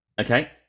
Okay